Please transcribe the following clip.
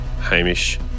Hamish